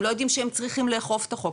הם לא יודעים שהם צריכים לאכוף את החוק,